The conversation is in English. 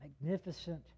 magnificent